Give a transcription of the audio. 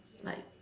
like